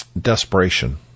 desperation